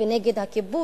ונגד הכיבוש,